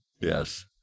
Yes